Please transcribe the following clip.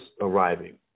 arriving